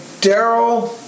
Daryl